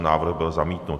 Návrh byl zamítnut.